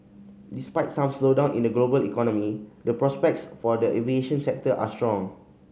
despite some slowdown in the global economy the prospects for the aviation sector are strong